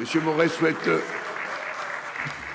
Expliquer son vote.